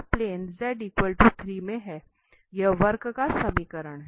यह वक्र का समीकरण है